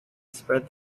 spread